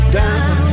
down